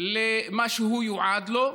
למה שהוא יועד לו,